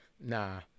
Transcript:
Nah